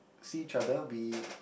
see each other we